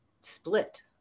split